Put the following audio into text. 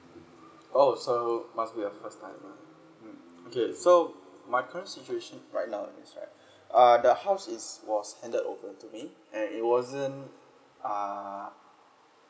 oh so must be a first timer mm okay so my current situation right now is right uh the house is was handed over to me and it wasn't uh